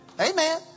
Amen